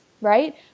right